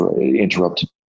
interrupted